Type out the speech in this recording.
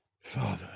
father